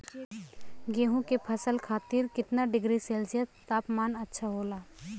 गेहूँ के फसल खातीर कितना डिग्री सेल्सीयस तापमान अच्छा होला?